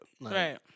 right